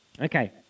Okay